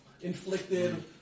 inflicted